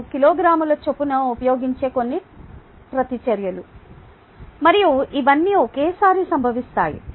25 కిలోగ్రాముల చొప్పున ఉపయోగించే కొన్ని ప్రతిచర్యలు మరియు ఇవన్నీ ఒకేసారి సంభవిస్తాయి